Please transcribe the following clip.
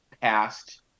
past